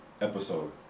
episode